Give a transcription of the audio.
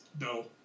No